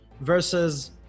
versus